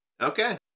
Okay